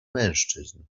mężczyzn